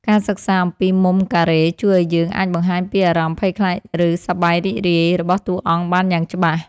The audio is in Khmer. ការសិក្សាអំពីមុំកាមេរ៉ាជួយឱ្យយើងអាចបង្ហាញពីអារម្មណ៍ភ័យខ្លាចឬសប្បាយរីករាយរបស់តួអង្គបានយ៉ាងច្បាស់។